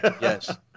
Yes